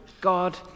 God